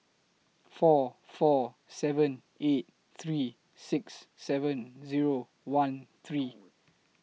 four four seven eight three six seven Zero one three